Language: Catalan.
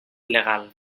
legal